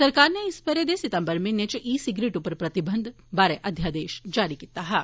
सरकार नै इस ब'रे दे सितंबर म्हीनें च ई सिगरेट उप्पर प्रतिबंध अध्यादेश जारी कीता हा